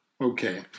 okay